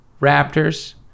Raptors